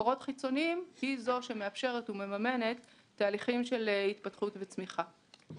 ממקורות חיצוניים היא זו שמאפשרת ומממנת תהליכים של התפתחות וצמיחה.